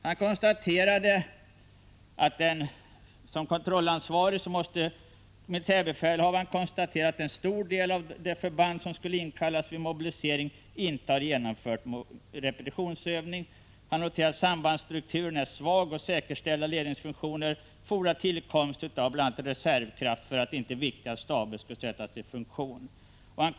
Han sade: ”Som kontrollansvarig för krigsdugligheten måste militärbefälhavaren konstatera att en stor del av det förband som skulle inkallas vid mobilisering Han noterade vidare att sambandsstrukturen är svag, att säkerställda 24 april 1986 ledningsmöjligheter fordrar bl.a. tillkomst av reservkraft för att viktiga staber inte skall sättas ur spel vid kraftbortfall.